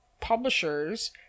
publishers